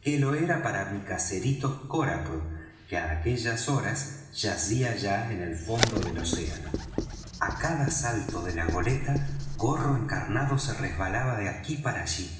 que lo era para mi caserito coracle que á aquellas horas yacía ya en el fondo del océano á cada salto de la goleta gorro encarnado se resbalaba de aquí para allí